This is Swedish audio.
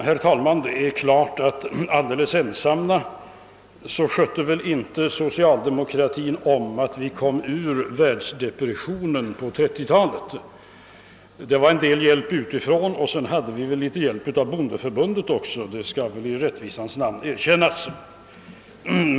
Herr talman! Det är klart att alldeles ensam skötte väl inte socialdemokratin om att vi kom ur världsdepressionen på 1930-talet; vi fick en del hjälp utifrån och dessutom fick vi hjälp av bondeförbundet också, det skall i rättvisans namn erkännas.